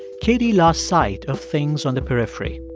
katie lost sight of things on the periphery.